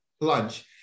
lunch